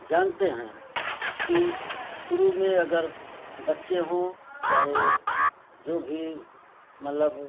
जानते हैं कि शुरू में अगर बच्चे हों चाहे जो भी मल्लब